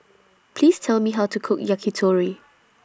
Please Tell Me How to Cook Yakitori